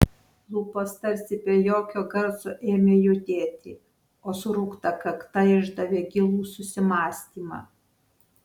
lūpos tarsi be jokio garso ėmė judėti o suraukta kakta išdavė gilų susimąstymą